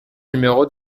numéro